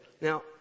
Now